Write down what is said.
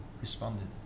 responded